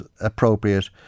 appropriate